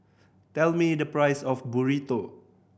tell me the price of Burrito